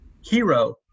Hero